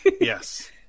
Yes